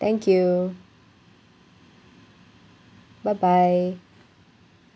thank you bye bye